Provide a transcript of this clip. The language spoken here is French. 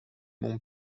mon